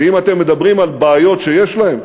ואם אתם מדברים על בעיות שיש להם,